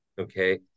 Okay